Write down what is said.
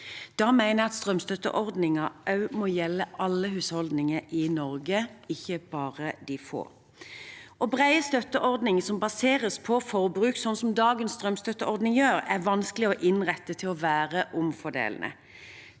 Da mener jeg strømstøtteordningen også må gjelde alle husholdninger i Norge, ikke bare de få. Brede støtteordninger som baseres på forbruk, slik dagens strømstøtteordning gjør, er vanskelig å innrette til å være omfordelende.